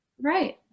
Right